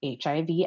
HIV